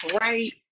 right